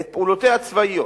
את פעולותיה הצבאיות,